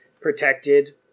protected